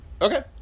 okay